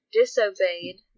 disobeyed